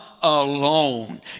alone